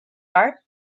are